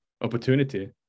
Opportunity